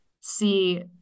see